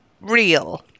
real